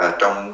trong